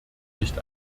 nicht